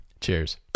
Cheers